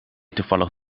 toevallig